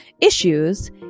issues